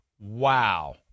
wow